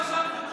לא הקשבנו,